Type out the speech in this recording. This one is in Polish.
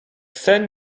sen